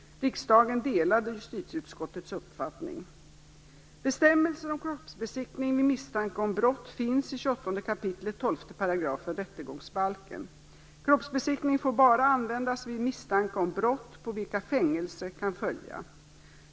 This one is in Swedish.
Riksdagen delade justitieutskottets uppfattning. Kroppsbesiktning får bara användas vid misstanke om brott på vilka fängelse kan följa.